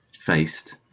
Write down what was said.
faced